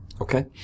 Okay